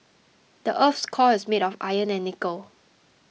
the earth's core is made of iron and nickel